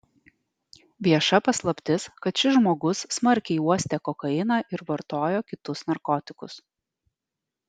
vieša paslaptis kad šis žmogus smarkiai uostė kokainą ir vartojo kitus narkotikus